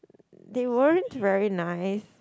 they weren't very nice